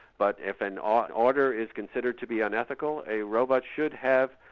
but if an ah order is considered to be unethical a robot should have,